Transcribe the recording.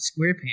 SquarePants